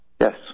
Yes